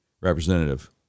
representative